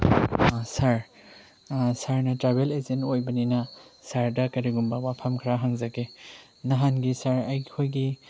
ꯁꯥꯔ ꯁꯥꯔꯅ travel agent ꯑꯣꯏꯕꯅꯤꯅ ꯁꯥꯔꯗ ꯀꯔꯤꯒꯨꯝꯕ ꯋꯥꯐꯝ ꯈꯔ ꯍꯪꯖꯒꯦ ꯅꯍꯥꯟꯒꯤ ꯁꯥꯔ ꯑꯩꯈꯣꯏꯒꯤ